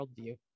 worldview